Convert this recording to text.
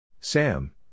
Sam